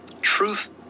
Truth